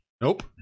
nope